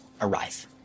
arrive